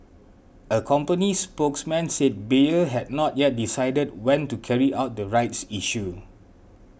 a company spokesman said Bayer had not yet decided when to carry out the rights issue